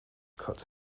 cut